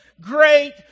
great